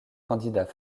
candidats